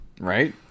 Right